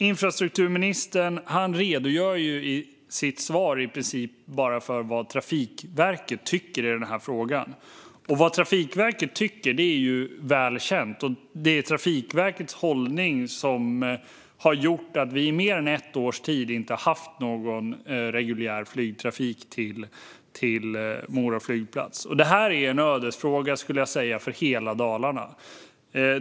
Infrastrukturministern redogjorde i sitt svar i princip bara för vad Trafikverket tycker i denna fråga. Vad Trafikverket tycker är väl känt, och det är Trafikverkets hållning som har gjort att vi under mer än ett års tid inte har haft någon reguljär flygtrafik till Mora flygplats. Jag skulle säga att detta är en ödesfråga för hela Dalarna.